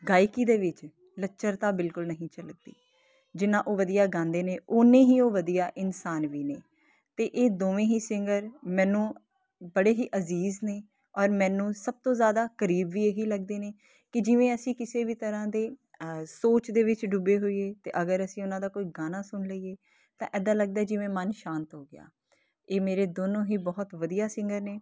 ਗਾਇਕੀ ਦੇ ਵਿੱਚ ਲੱਚਰਤਾ ਬਿਲਕੁਲ ਨਹੀਂ ਝਲਕਦੀ ਜਿੰਨਾਂ ਉਹ ਵਧੀਆ ਗਾਉਂਦੇ ਨੇ ਉਨੇ ਹੀ ਉਹ ਵਧੀਆ ਇਨਸਾਨ ਵੀ ਨੇ ਅਤੇ ਇਹ ਦੋਵੇਂ ਹੀ ਸਿੰਗਰ ਮੈਨੂੰ ਬੜੇ ਹੀ ਅਜ਼ੀਜ਼ ਨੇ ਔਰ ਮੈਨੂੰ ਸਭ ਤੋਂ ਜ਼ਿਆਦਾ ਕਰੀਬੀ ਇਹੀ ਲੱਗਦੇ ਨੇ ਕਿ ਜਿਵੇਂ ਅਸੀਂ ਕਿਸੇ ਵੀ ਤਰ੍ਹਾਂ ਦੇ ਸੋਚ ਦੇ ਵਿੱਚ ਡੁੱਬੇ ਹੋਈਏ ਅਤੇ ਅਗਰ ਅਸੀਂ ਉਹਨਾਂ ਦਾ ਕੋਈ ਗਾਣਾ ਸੁਣ ਲਈਏ ਤਾਂ ਇੱਦਾਂ ਲੱਗਦਾ ਜਿਵੇਂ ਮਨ ਸ਼ਾਂਤ ਹੋ ਗਿਆ ਇਹ ਮੇਰੇ ਦੋਨੋਂ ਹੀ ਬਹੁਤ ਵਧੀਆ ਸਿੰਗਰ ਨੇ